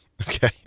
Okay